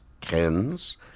Ken's